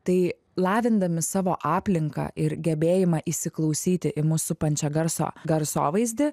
tai lavindami savo aplinką ir gebėjimą įsiklausyti į mus supančią garso garsovaizdį